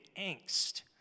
angst